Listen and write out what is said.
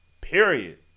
period